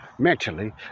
Mentally